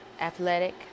athletic